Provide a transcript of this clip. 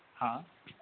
हाँ